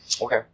Okay